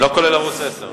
לא כולל ערוץ-10.